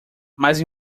mais